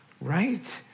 Right